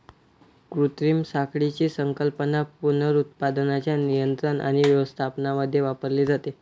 कृत्रिम साखळीची संकल्पना पुनरुत्पादनाच्या नियंत्रण आणि व्यवस्थापनामध्ये वापरली जाते